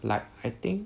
like I think